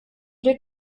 der